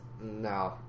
no